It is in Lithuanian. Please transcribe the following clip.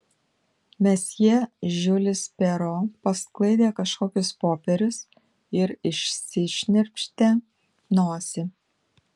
mesjė žiulis pero pasklaidė kažkokius popierius ir išsišnirpštė nosį